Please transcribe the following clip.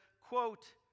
quote